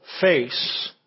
face